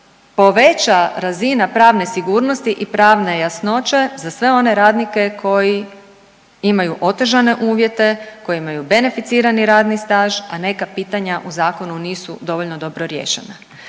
poveća razina pravne sigurnosti i pravne jasnoće za sve one radnike koji imaju otežane uvjete, koji imaju beneficirani radni staž, a neka pitanja u zakonu nisu dovoljno dobro riješena.